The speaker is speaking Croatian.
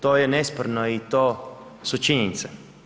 To je nesporno i to su činjenice.